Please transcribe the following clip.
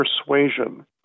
persuasion